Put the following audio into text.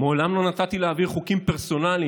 "מעולם לא נתתי להעביר חוקים פרסונליים.